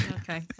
Okay